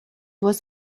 was